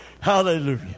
Hallelujah